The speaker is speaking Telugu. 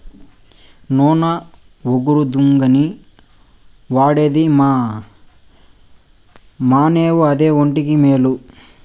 నూన ఒగరుగుందని వాడేది మానేవు అదే ఒంటికి మేలు